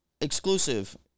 Exclusive